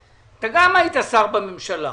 אתה גם היית שר בממשלה.